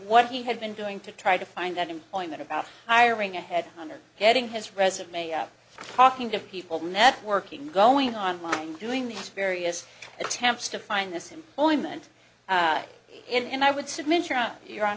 what he had been doing to try to find that employment about hiring a headhunter getting his resume out talking to people networking going on line doing in these various attempts to find this employment and i would submit your out your hon